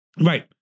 Right